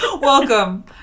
Welcome